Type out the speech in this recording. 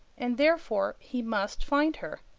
and therefore he must find her.